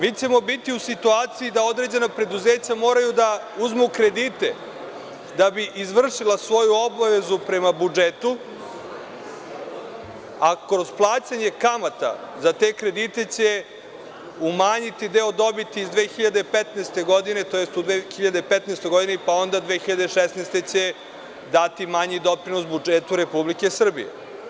Mi ćemo biti u situaciji da određena preduzeća moraju da uzmu kredite da bi izvršila svoju obavezu prema budžetu, a kroz plaćanje kamata za te kredite će umanjiti deo dobiti iz 2015. godine, tj. u 2015. godini, pa onda 2016. godine će dati manji doprinos budžetu Republike Srbije.